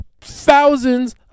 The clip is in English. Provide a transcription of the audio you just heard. thousands